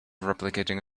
replicating